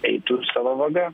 eitų sava vaga